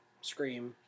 Scream